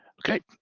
okay,